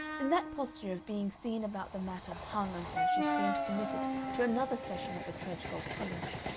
in that posture of being seen about the matter hung until she seemed committed to another session at the tredgold college,